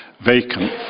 vacant